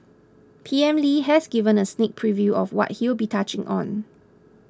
P M Lee has given a sneak preview of what he'll be touching on